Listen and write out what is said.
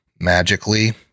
magically